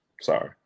sorry